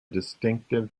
distinctive